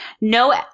No